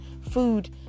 food